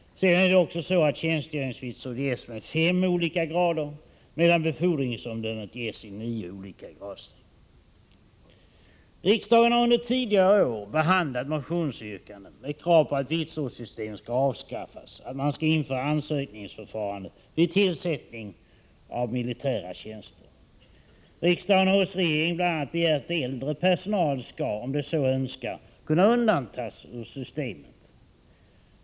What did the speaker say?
Sedan är det också så, att tjänstgöringsvitsord ges med fem olika gradsteg medan befordringsomdömet ges i nio olika gradsteg. Riksdagen har under tidigare år behandlat motionsyrkanden med krav på att vitsordssystemet avskaffas och att man inför ansökningsförfarande vid tillsättning av militära tjänster. Riksdagen har hos regeringen bl.a. begärt att äldre personal — om man så önskar — kan undantas från systemet.